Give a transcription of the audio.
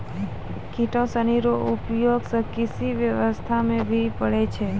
किटो सनी रो उपयोग से कृषि व्यबस्था मे भी पड़ै छै